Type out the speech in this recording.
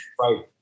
right